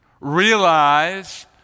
Realize